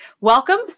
Welcome